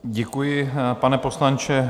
Děkuji, pane poslanče.